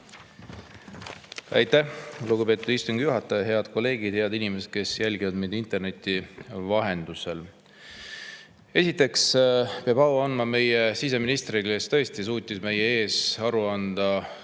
Aitäh, lugupeetud istungi juhataja! Head kolleegid! Head inimesed, kes jälgivad meid interneti vahendusel! Esiteks peab au andma meie siseministrile, kes tõesti suutis meie ees kolm tundi